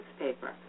newspaper